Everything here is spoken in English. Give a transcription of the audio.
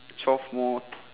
twelve more